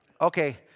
Okay